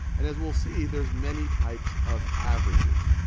and as we'll see, there's many types of averages.